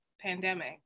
pandemic